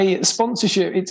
Sponsorship